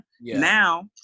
Now